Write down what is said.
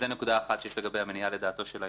זו נקודה אחת שיש לגביה מניעה לדעתו של היועץ.